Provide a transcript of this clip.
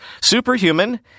Superhuman